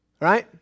right